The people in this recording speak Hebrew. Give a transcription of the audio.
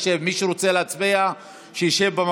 נא לשבת,